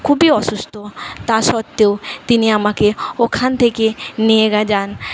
খুবই অসুস্থ তা সত্ত্বেও তিনি আমাকে ওখান থেকে নিয়ে যান